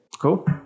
cool